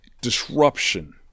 disruption